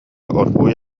оргууй